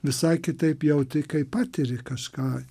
visai kitaip jauti kai patiri kažką